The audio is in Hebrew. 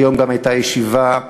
היום גם הייתה ישיבה,